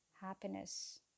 happiness